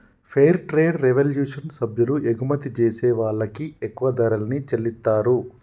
fair trade revolution సభ్యులు ఎగుమతి జేసే వాళ్ళకి ఎక్కువ ధరల్ని చెల్లిత్తారు